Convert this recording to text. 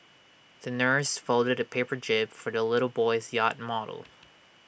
the nurse folded A paper jib for the little boy's yacht model